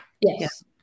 Yes